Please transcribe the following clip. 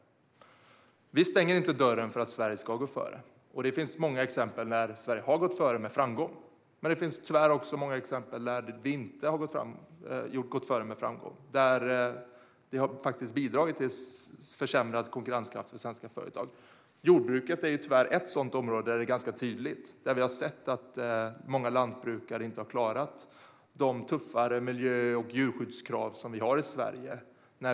Vi stänger inte dörren för att Sverige ska gå före. Det finns många exempel där Sverige har gått före med framgång, men det finns tyvärr många exempel där Sverige inte har gått före med framgång och konkurrenskraften för svenska företag har försämrats. Jordbruket är tyvärr ett område där det har varit tydligt att många lantbrukare inte har klarat de tuffare miljö och djurskyddskrav som finns i Sverige.